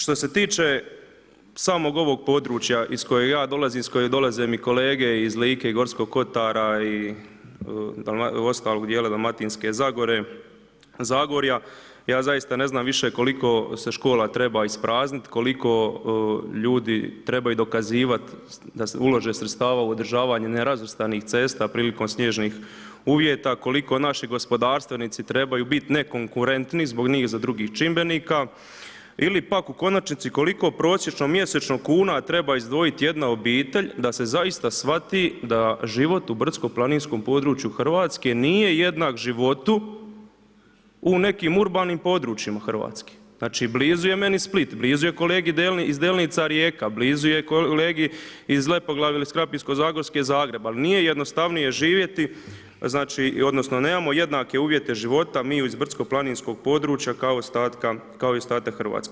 Što se tiče samog ovog područja iz kojeg ja dolazim, iz kojeg dolaze mi kolege iz Like i Gorskog kotara i ostalog djela dalm.zagore, zagorja, ja zaista ne znam više koliko se škola treba ispraznit, koliko ljudi trebaju dokazivat da ulože sredstava u održavanje nerazvrstanih cesta prilikom snježnih uvjeta, koliko naši gospodarstvenici trebaju biti nekonkurentni zbog niza drugih čimbenika ili pak u konačnici koliko prosječno mjesečno kuna treba izdvojit jedna obitelj da se zaista shvati da život u brdsko planinskom području Hrvatske nije jednak životu u nekim urbanim područjima Hrvatske, znači blizu je meni Split, blizu je kolegi iz Delnica Rijeka, blizu je kolegi iz Lepoglave ili krapinsko-zagorske Zagreb, ali nije jednostavnije živjeti, odnosno nemamo jednake uvjete života mi iz brdsko-planinskog područja, kao i ostatak Hrvatske.